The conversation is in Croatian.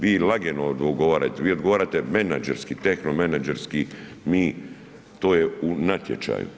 Vi ... odgovarate, vi odgovarate menadžerski, tehno menadžerski, mi, to je u natječaju.